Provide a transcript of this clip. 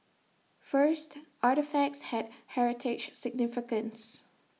first artefacts had heritage significance